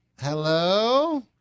Hello